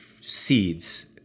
seeds